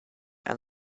and